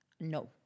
No